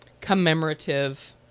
commemorative